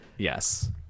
Yes